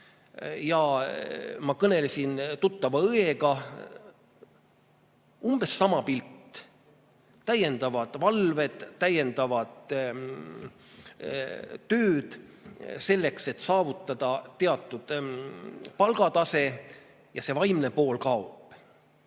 Ja ma kõnelesin tuttava õega. Umbes sama pilt: täiendavad valved, täiendavad tööd selleks, et saavutada teatud palgatase – ja see vaimne pool kaob. Ma